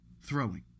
Throwing